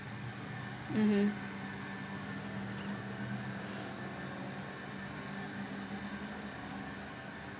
mmhmm